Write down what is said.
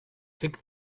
kick